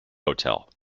hotel